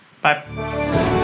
Bye